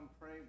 pray